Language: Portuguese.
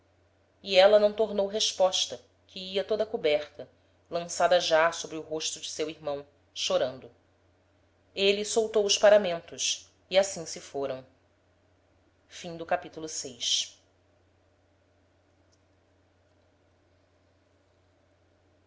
e éla não tornou resposta que ia toda coberta lançada já sobre o rosto de seu irmão chorando ele soltou os paramentos e assim se foram capitulo vii